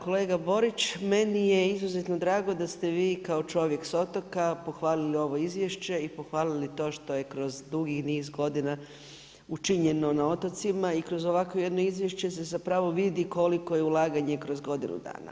Kolega Borić, meni je izuzetno drago, da ste vi kao čovjek s otoka, pohvalili ovo izvješće i pohvalili to što je kroz dugi niz godina učinjeno na otocima i kroz ovakvu jednu izvješće se zapravo vidi koliko je ulaganje kroz godinu dana.